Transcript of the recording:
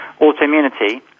autoimmunity